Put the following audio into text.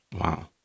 Wow